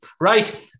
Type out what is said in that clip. Right